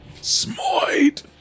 smite